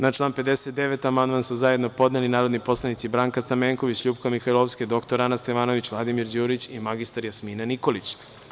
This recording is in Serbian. Na član 59. amandman su zajedno podneli narodni poslanici Branka Stamenković, LJupka Mihajlovska, dr Ana Stevanović, Vladimir Đurić i mr Jasmina Nikolić.